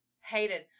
Hated